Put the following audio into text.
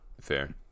Fair